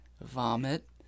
vomit